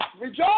Rejoice